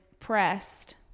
Pressed